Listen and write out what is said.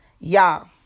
Y'all